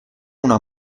una